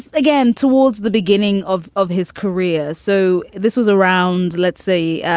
again towards the beginning of of his career. so this was around, let's say, yeah